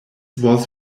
was